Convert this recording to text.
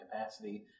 capacity